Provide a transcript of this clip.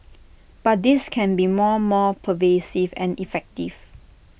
but this can be more more pervasive and effective